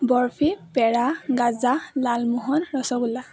barfi pera gaja lalmohan rasgulla